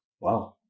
wow